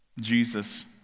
Jesus